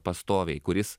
pastoviai kuris